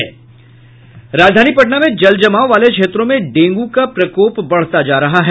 राजधानी पटना में जल जमाव वाले क्षेत्रों में डेंगू का प्रकोप बढ़ता जा रहा है